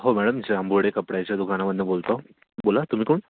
हो मॅडम जांबुडे कपड्याच्या दुकामधनं बोलतो बोला तुम्ही कोण